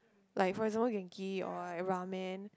like for example Genki or like Ramen